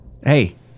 Hey